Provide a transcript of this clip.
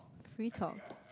free talk